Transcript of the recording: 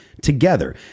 together